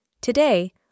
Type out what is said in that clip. Today